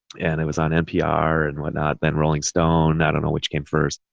and it was on npr and whatnot. then rolling stone, i don't know which came first,